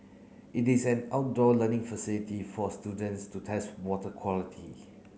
it is an outdoor learning facility for students to test water quality